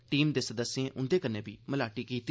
team दे सदस्ये उंदे कन्नै बी मलाटी कीती